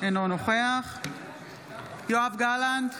אינו נוכח יואב גלנט,